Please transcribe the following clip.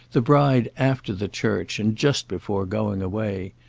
the bride after the church and just before going away.